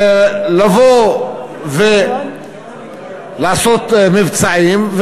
לבוא ולעשות מבצעים,